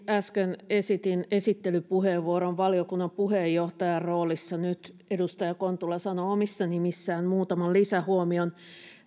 äsken esitin esittelypuheenvuoron valiokunnan puheenjohtajan roolissa nyt edustaja kontula sanoo omissa nimissään muutaman lisähuomion